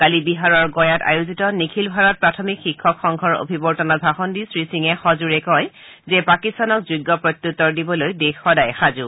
কালি বিহাৰৰ গয়াত আয়োজিত নিখিল ভাৰত প্ৰাথমিক শিক্ষক সংঘৰ অভিৱৰ্তনত ভাষণ দি শ্ৰীসিঙে সঁজোৰে কয় যে পাকিস্তানক যোগ্য প্ৰত্যুত্তৰ দিবলৈ দেশ সদায় সাজু